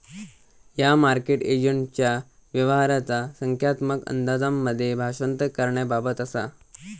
ह्या मार्केट एजंटच्या व्यवहाराचा संख्यात्मक अंदाजांमध्ये भाषांतर करण्याबाबत असा